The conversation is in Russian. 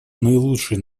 наилучший